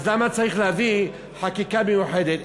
אז למה צריך להביא חקיקה מיוחדת?